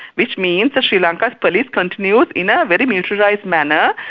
which means that sri lanka's police continues in a very militarised manner,